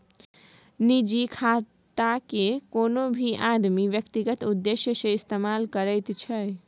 निजी खातेकेँ कोनो भी आदमी व्यक्तिगत उद्देश्य सँ इस्तेमाल करैत छै